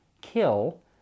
kill